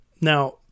Now